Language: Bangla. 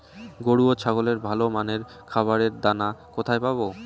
গরু ও ছাগলের ভালো মানের খাবারের দানা কোথায় পাবো?